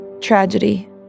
Tragedy